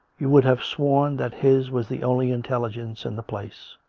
you would have sworn that his was the only intelligence in the place.